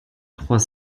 trois